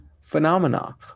phenomena